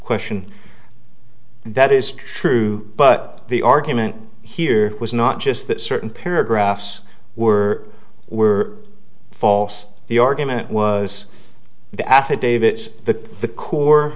question that is true but the argument here was not just that certain paragraphs were were false the argument was the affidavits that the core